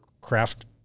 craft